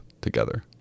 together